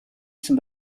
zum